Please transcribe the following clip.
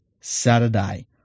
Saturday